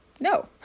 no